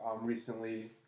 recently